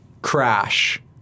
crash